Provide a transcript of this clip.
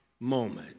moment